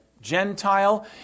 Gentile